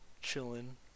chilling